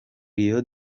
rio